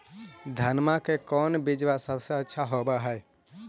धनमा के कौन बिजबा सबसे अच्छा होव है?